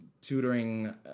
tutoring